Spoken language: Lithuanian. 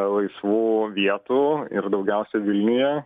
laisvų vietų ir daugiausia vilniuje